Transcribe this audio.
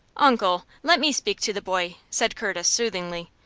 uncle, let me speak to the boy, said curtis, soothingly.